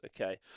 Okay